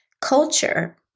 culture